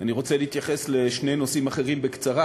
אני רוצה להתייחס לשני נושאים אחרים בקצרה.